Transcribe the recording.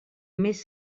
més